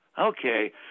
okay